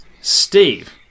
Steve